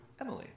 Emily